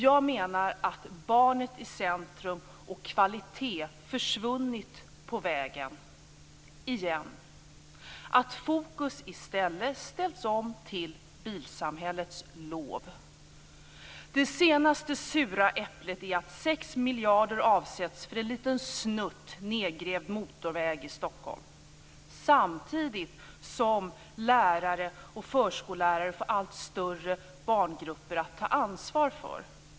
Jag menar att barnet i centrum och kvalitet försvunnit på vägen, igen. Fokus har i stället ställts om till bilsamhällets lov. Det senaste sura äpplet är att 6 miljarder avsätts för en liten snutt nedgrävd motorväg i Stockholm samtidigt som lärare och förskollärare får allt större barngrupper att ta ansvar för.